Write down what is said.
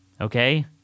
Okay